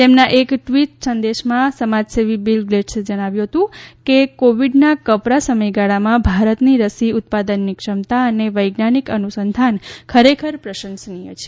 તેમના એક ટ્વીટ સંદેશમાં સમાજસેવી બિલ ગેટ્સે જણાવ્યું હતું કે કોવિડના કપરાં સમયગાળામાં ભારતની રસી ઉત્પદાનની ક્ષમતા અને વૈજ્ઞાનિક અનુસંધાન ખરેખર પ્રશંસનીય છે